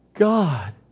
God